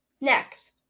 Next